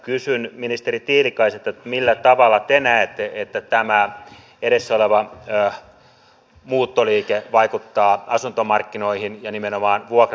kysyn ministeri tiilikaiselta millä tavalla te näette että tämä edessä oleva muuttoliike vaikuttaa asuntomarkkinoihin ja nimenomaan vuokra asuntomarkkinoihin